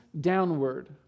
downward